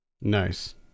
nice